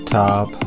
top